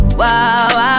wow